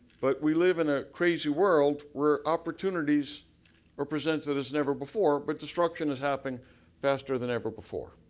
but we live in a crazy world where opportunities are presented as never before, but destruction is happening faster than ever before.